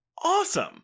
Awesome